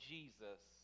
Jesus